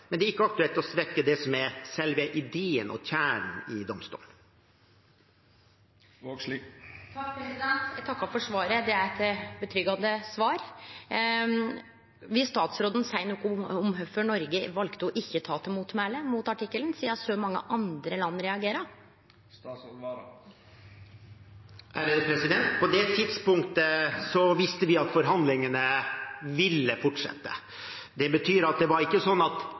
men det er ikke aktuelt å svekke det som er selve ideen og kjernen i domstolen. Eg takkar for svaret. Det var eit godt svar. Vil statsråden seie noko om kvifor Noreg valde ikkje å ta til motmæle mot artikkelen, sidan så mange andre land reagerte? På det tidspunktet visste vi at forhandlingene ville fortsette. Det var ikke slik at den ene sjansen gikk fra oss i det